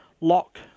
Lock